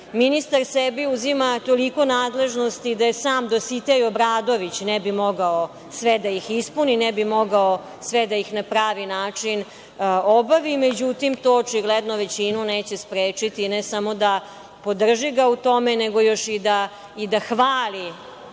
decenija. Ministar sebi uzima toliko nadležnosti da i sam Dositej Obradović ne bi mogao sve da ih ispuni, ne bi mogao sve da ih na pravi način obavi, međutim, to očigledno većinu neće sprečiti ne samo da podrži ga u tome, nego još i da hvali